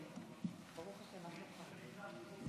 דור שני שומר ודור שלישי הורס"